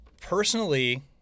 personally